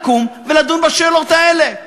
לקום ולדון בשאלות האלה.